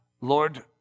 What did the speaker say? Lord